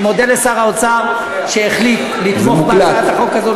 אני מודה לשר האוצר שהחליט לתמוך בהצעת החוק הזאת,